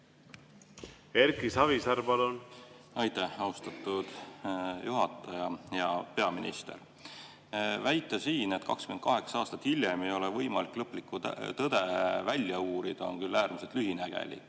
Erki Savisaar, palun! Aitäh, austatud juhataja! Hea peaminister! Väita siin, et 28 aastat hiljem ei ole võimalik lõplikku tõde välja uurida, on küll äärmiselt lühinägelik.